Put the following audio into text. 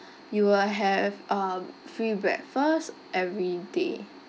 you will have um free breakfast every day